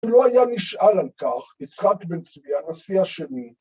לו היה נשאל על כך יצחק בן צבי, הנשיא השני